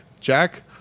Jack